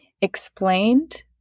explained